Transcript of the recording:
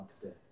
today